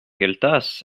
gueltas